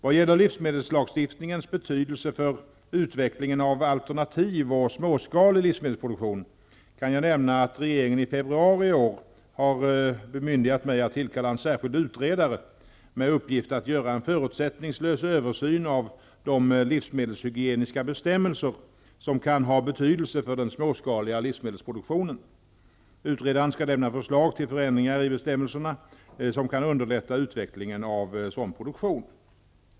Vad gäller livsmedelslagstiftningens betydelse för utvecklingen av alternativ och småskalig livsmedelsproduktion kan jag nämna att regeringen i februari i år har bemyndigat mig att tillkalla en särskild utredare med uppgift att göra en förutsättningslös översyn av de livsmedelshygieniska bestämmelser som kan ha betydelse för den småskaliga livsmedelsproduktionen. Utredaren skall lämna förslag till förändringar i bestämmelserna som kan underlätta utvecklingen av sådan produktion.